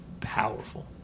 powerful